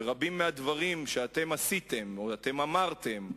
ורבים מהדברים שאתם עשיתם או אמרתם,